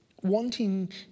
wanting